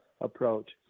approach